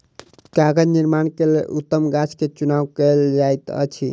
कागज़ निर्माण के लेल उत्तम गाछ के चुनाव कयल जाइत अछि